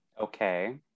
Okay